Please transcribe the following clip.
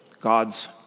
God's